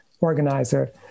organizer